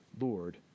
Lord